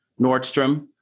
Nordstrom